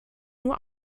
nur